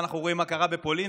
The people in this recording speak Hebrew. אנחנו רואים מה קרה בפולין,